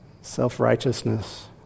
Self-righteousness